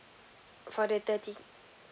for the thirty